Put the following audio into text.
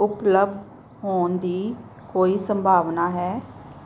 ਉਪਲਬਧ ਹੋਣ ਦੀ ਕੋਈ ਸੰਭਾਵਨਾ ਹੈ